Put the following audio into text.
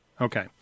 Okay